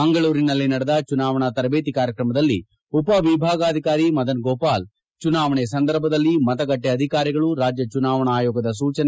ಮಂಗಳೂರಿನಲ್ಲಿ ನಡೆದ ಚುನಾವಣಾ ತರಬೇತಿ ಕಾರ್ಯಕ್ರಮದಲ್ಲಿ ಉಪವಿಭಾಗಾಧಿಕಾರಿ ಮದನ್ ಗೋಪಾಲ್ ಚುನಾವಣೆ ಸಂದರ್ಭದಲ್ಲಿ ಮತಗಟ್ಟೆ ಅಧಿಕಾರಿಗಳು ರಾಜ್ಯ ಚುನಾವಣಾ ಆಯೋಗದ ಸೂಚನೆ